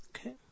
Okay